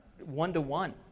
one-to-one